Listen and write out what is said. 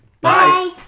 Bye